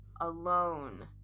alone